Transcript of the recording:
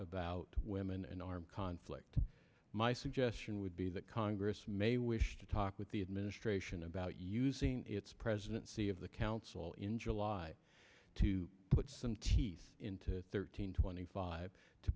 about women and armed conflict my suggestion would be that congress may wish to talk with the administration about using its presidency of the council in july to put some teeth into thirteen twenty five to